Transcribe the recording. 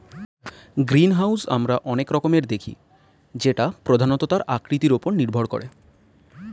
greenhouse আমরা অনেক রকমের দেখি যেটা প্রধানত তার আকৃতির ওপর নির্ভর করে